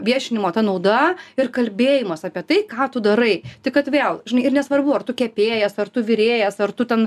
viešinimo ta nauda ir kalbėjimas apie tai ką tu darai tik kad vėl žinai ir nesvarbu ar tu kepėjas ar tu virėjas ar tu ten